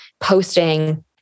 posting